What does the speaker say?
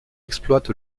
exploite